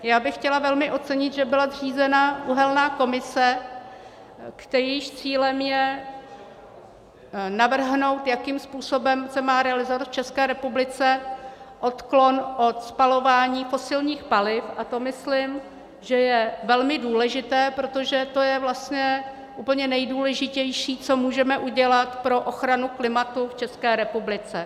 Já bych chtěla velmi ocenit, že byla zřízena uhelná komise, jejímž cílem je navrhnout, jakým způsobem se má realizovat v České republice odklon od spalování fosilních paliv, to myslím, že je velmi důležité, protože to je vlastně úplně nejdůležitější, co můžeme udělat pro ochranu klimatu v České republice.